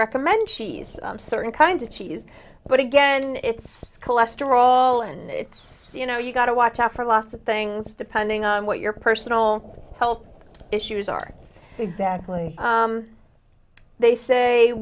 recommend cheese certain kinds of cheese but again it's cholesterol and it's you know you've got to watch out for lots of things depending on what your personal health issues are exactly they say